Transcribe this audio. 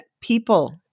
people